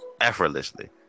Effortlessly